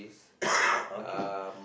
okay